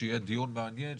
שהיה דיון מעניין,